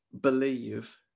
believe